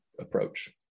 approach